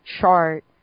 chart